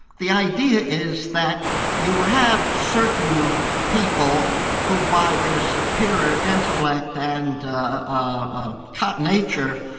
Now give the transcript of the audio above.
the idea is that you have certain people who by their superior intellect and ah um kind of nature,